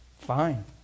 fine